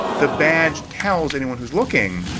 the badge tells anyone who is looking,